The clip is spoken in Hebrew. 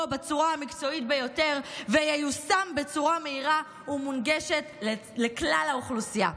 בצורה המקצועית ביותר וייושם בצורה המהירה והמונגשת לכלל האוכלוסייה.